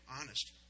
honest